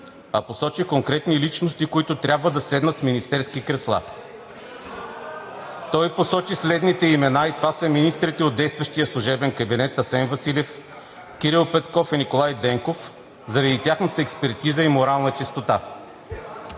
а посочи конкретни личности, които трябва да седнат в министерски кресла. (Шум и реплики.) Той посочи следните имена и това са министрите от действащия служебен кабинет: Асен Василев, Кирил Петков и Николай Денков, заради тяхната експертиза и морална чистота.